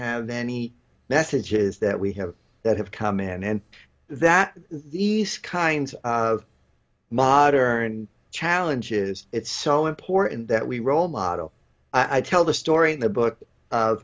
have any messages that we have that have come in and that these kinds of modern challenges it's so important that we role model i tell the story in the book